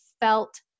felt